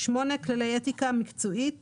כללי אתיקה מקצועית